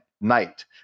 night